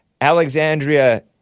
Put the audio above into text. Alexandria